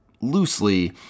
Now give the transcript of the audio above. loosely